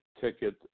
ticket